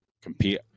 compete